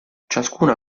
ciascuna